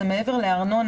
מעבר לארנונה,